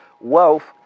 wealth